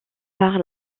par